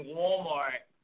Walmart